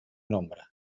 nombre